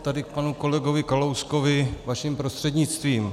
Tady k panu kolegovi Kalouskovi vaším prostřednictvím.